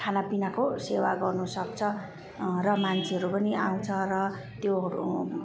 खानापिनाको सेवा गर्नुसक्छ र मान्छेहरू पनि आउँछ र त्योहरू